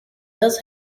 does